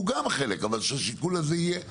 הוא גם חלק אבל שהשיקול הזה יהיה שקוף,